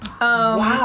Wow